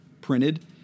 printed